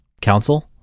council